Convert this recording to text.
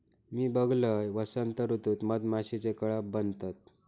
मी बघलंय, वसंत ऋतूत मधमाशीचे कळप बनतत